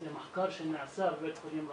זה מחקר שנעשה בבית חולים רמב"ם.